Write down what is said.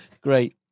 Great